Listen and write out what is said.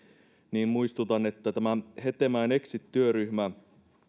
niin muistutan että hetemäen exit työryhmä